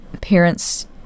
parents